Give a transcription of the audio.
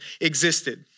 existed